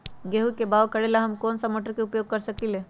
गेंहू के बाओ करेला हम कौन सा मोटर उपयोग कर सकींले?